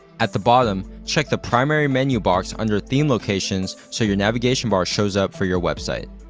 at the bottom, check the primary menu box under theme locations so your navigation bar shows up for your website.